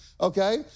okay